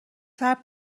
صبر